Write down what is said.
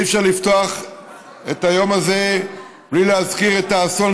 אי-אפשר לפתוח את היום הזה בלי להזכיר את האסון